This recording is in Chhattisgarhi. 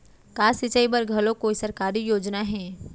का सिंचाई बर घलो कोई सरकारी योजना हे?